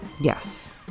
Yes